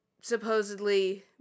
supposedly